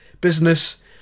business